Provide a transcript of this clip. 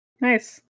nice